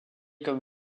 comme